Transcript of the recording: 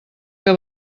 que